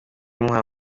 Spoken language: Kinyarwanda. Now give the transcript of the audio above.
muhora